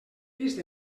vist